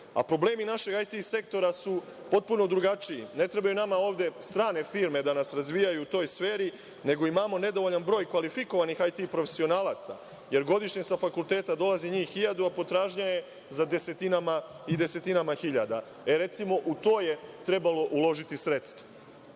Problemi našeg IT sektora su potpuno drugačiji. Ne trebaju nama ovde strane firme da nas razvijaju u toj sferi, nego imamo nedovoljan broj kvalifikovanih IT profesionalaca, jer godišnje sa fakulteta dolazi njih hiljadu, a potražnja je za desetinama i desetinama hiljada. Recimo, u to je trebalo uložiti sredstva. Naravno,